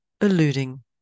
alluding